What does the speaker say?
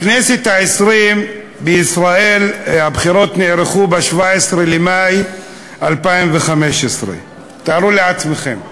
הבחירות לכנסת העשרים בישראל נערכו ב-17 במרס 2015. תארו לעצמכם: